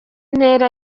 ntera